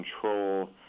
control